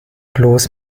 bloß